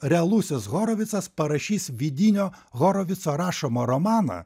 realusis horovicas parašys vidinio horovico rašomą romaną